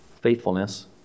faithfulness